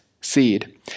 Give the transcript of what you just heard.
seed